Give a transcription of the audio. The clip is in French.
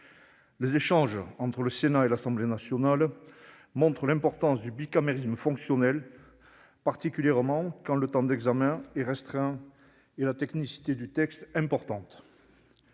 Les échanges entre le Sénat et l'Assemblée nationale montrent l'importance d'un bicamérisme fonctionnel, particulièrement quand les délais d'examen sont restreints et la technicité du texte importante.